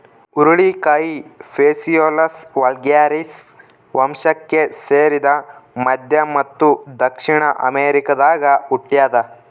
ಹುರುಳಿಕಾಯಿ phaseolus vulgaris ವಂಶಕ್ಕೆ ಸೇರಿದ ಮಧ್ಯ ಮತ್ತು ದಕ್ಷಿಣ ಅಮೆರಿಕಾದಾಗ ಹುಟ್ಯಾದ